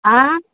ಆಂ